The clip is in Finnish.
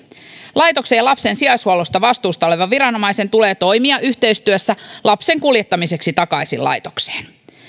laitoksen ja lapsen sijaishuollosta vastuussa olevan viranomaisen tulee toimia yhteistyössä lapsen kuljettamiseksi takaisin laitokseen